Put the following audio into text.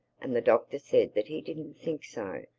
and the doctor said that he didn't think so,